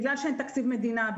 בגלל שאין תקציב מדינה,